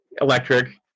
electric